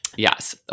Yes